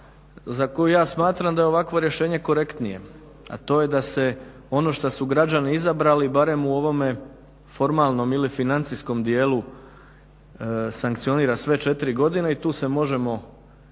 za koju ja smatram da je ovakvo rješenje korektnije, a to je da se ono što su građani izabrali barem u ovome formalnom ili financijskom dijelu sankcionira sve četiri godine i tu se možemo